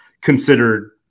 considered